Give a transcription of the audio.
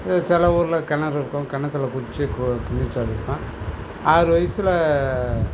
சில ஊரில் கிணறு இருக்கும் கிணத்துல குளித்து கு நீச்சல் அடிப்பேன் ஆறு வயசில்